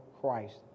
Christ